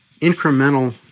incremental